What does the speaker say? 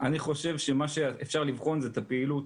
אני חושב שמה שאפשר לבחון זה את הפעילות.